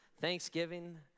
Thanksgiving